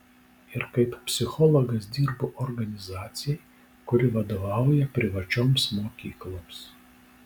ir kaip psichologas dirbu organizacijai kuri vadovauja privačioms mokykloms